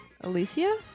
Alicia